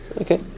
Okay